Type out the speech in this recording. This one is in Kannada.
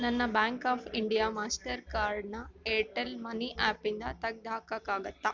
ನನ್ನ ಬ್ಯಾಂಕ್ ಆಫ್ ಇಂಡಿಯಾ ಮಾಸ್ಟರ್ ಕಾರ್ಡ್ನ ಏರ್ಟೆಲ್ ಮನಿ ಆಪಿಂದ ತೆಗ್ದು ಹಾಕೋಕ್ಕಾಗುತ್ತ